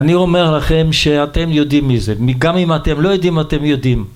אני אומר לכם שאתם יודעים מזה, גם אם אתם לא יודעים, אתם יודעים.